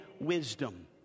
wisdom